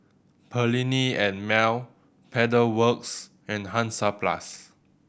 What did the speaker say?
Perllini and Mel Pedal Works and Hansaplast